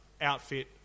outfit